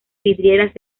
vidrieras